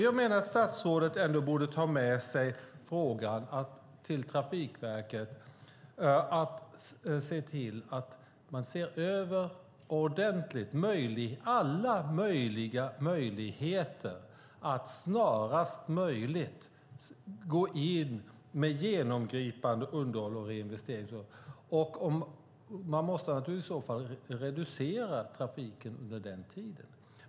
Jag menar att statsrådet ändå borde ta med sig uppmaningen till Trafikverket att ordentligt se över alla möjliga möjligheter att snarast möjligt gå in med genomgripande underhåll och reinvestering. Man måste naturligtvis i så fall reducera trafiken under den tiden.